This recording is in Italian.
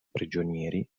prigionieri